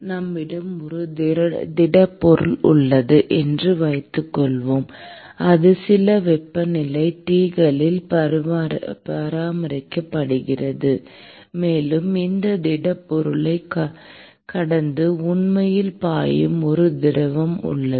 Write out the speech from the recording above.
நம்மிடம் ஒரு திடப்பொருள் உள்ளது என்று வைத்துக்கொள்வோம் அது சில வெப்பநிலை T களில் பராமரிக்கப்படுகிறது மேலும் இந்த திடப்பொருளைக் கடந்து உண்மையில் பாயும் ஒரு திரவம் உள்ளது